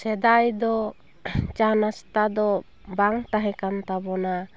ᱥᱮᱫᱟᱭ ᱫᱚ ᱪᱟ ᱱᱟᱥᱛᱟ ᱫᱚ ᱵᱟᱝ ᱛᱟᱦᱮᱸ ᱠᱟᱱ ᱛᱟᱵᱚᱱᱟ